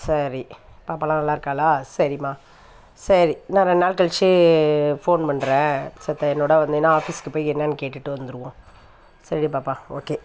சரி பாப்பால்லாம் நல்லாருக்காளா சரிமா சரி இன்னும் ரெண் நாள் கழிச்சு ஃபோன் பண்ணுறேன் செத்த என்னோட வந்தீன்னா ஆஃபீஸ்க்கு போய் என்னென்னு கேட்டுட்டு வந்துடுவோம் சரிடி பாப்பா ஓகே